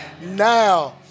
now